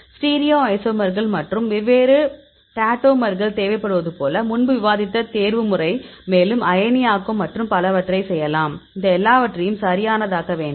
ஸ்டீரியோசோமர்கள் மற்றும் வெவ்வேறு டோட்டோமர்களுக்குத் தேவைப்படுவது போல முன்பு விவாதித்த தேர்வுமுறை மேலும் அயனியாக்கம் மற்றும் பலவற்றைச் செய்யலாம் இந்த எல்லாவற்றையும் சரியானதாக்க வேண்டும்